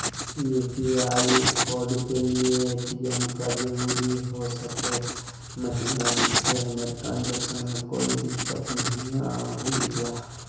UPI code के लिए ATM का जरूरी हो सके महिना जिससे हमें ट्रांजैक्शन में कोई दिक्कत महिना हुई ला?